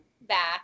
back